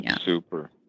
Super